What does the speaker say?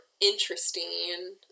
interesting